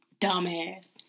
Dumbass